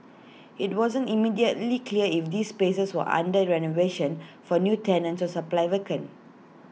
IT wasn't immediately clear if these spaces were under renovation for new tenants or simply vacant